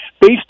Based